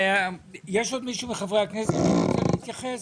עוד מישהו מחברי הכנסת רוצה להתייחס?